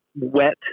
wet